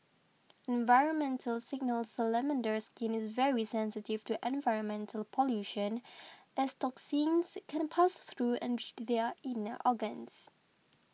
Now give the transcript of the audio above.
environmental signals Salamander skin is very sensitive to environmental pollution as toxins can pass through and reach their inner organs